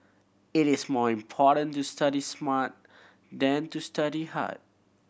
it is more important to study smart than to study hard